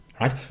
right